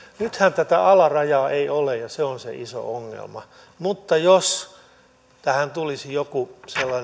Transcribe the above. nythän tätä alarajaa ei ole ja se on se iso ongelma mutta jos tähän tulisi joku